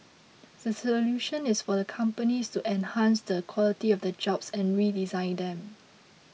the solution is for the companies to enhance the quality of the jobs and redesign them